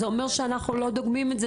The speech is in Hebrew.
זה אומר שאנחנו אולי לא דוגמים את זה